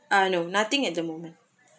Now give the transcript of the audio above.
uh no nothing at the moment